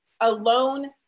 alone